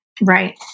Right